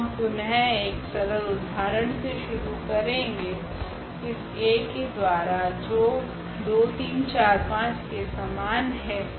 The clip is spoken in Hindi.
तो हम पुनः एक सरल उदाहरण से शुरू करेगे इस A के द्वारा जो के समान है